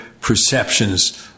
perceptions